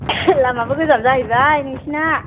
लामायाबो गोजान जाहैबाय नोंसोरना